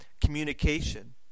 communication